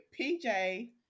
PJ